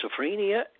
Schizophrenia